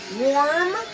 Warm